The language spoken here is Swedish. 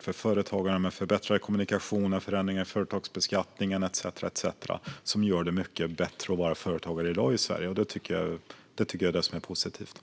för företagare, med förbättrade kommunikationer, förändringar i företagsbeskattningen etcetera som gör det mycket bättre för företagare i dag i Sverige. Det tycker jag är positivt.